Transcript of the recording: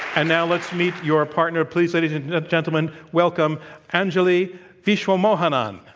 and now let's meet your partner. please, ladies and gentlemen, welcome anjali viswamohanan.